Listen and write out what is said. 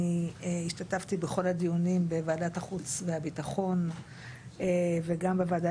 אני השתתפתי בכל הדיונים בוועדת החוץ והביטחון וגם בוועדה